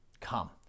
Come